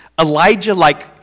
Elijah-like